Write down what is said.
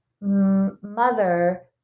mother